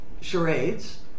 charades